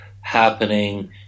happening